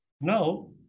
Now